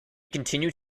continued